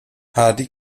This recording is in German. hardy